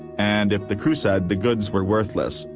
and if the crew said the goods were worthless,